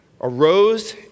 arose